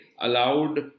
allowed